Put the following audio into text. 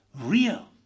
real